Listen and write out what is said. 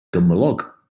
gymylog